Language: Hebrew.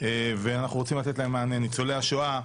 ואנחנו רוצים לתת להם מענה: ניצולי השואה,